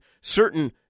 certain